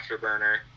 Afterburner